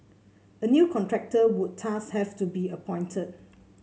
a new contractor would thus have to be appointed